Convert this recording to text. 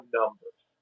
numbers